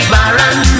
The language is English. Baron